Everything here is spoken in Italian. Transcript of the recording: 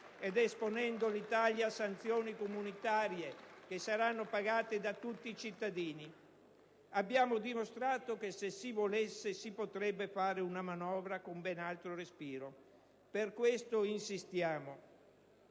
ed esponendo l'Italia a sanzioni comunitarie che saranno pagate da tutti i cittadini. *(Applausi dal Gruppo PD)*. Abbiamo dimostrato che se si volesse si potrebbe fare una manovra con ben altro respiro. Per questo insistiamo: